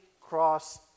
Cross